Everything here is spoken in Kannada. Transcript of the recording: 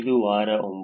ಇದು ವಾರ 9